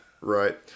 Right